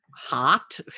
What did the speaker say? hot